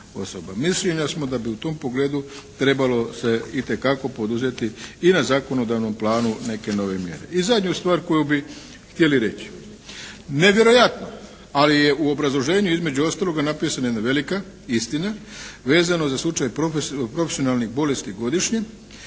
smo da bi u tom pogledu trebalo se itekako poduzeti i na zakonodavnom planu neke nove mjere. I zadnju stvar koju bi htjeli reći. Nevjerojatno ali je u obrazloženju između ostaloga napisana jedna velika istina vezano za slučaj profesionalnih bolesti godišnje.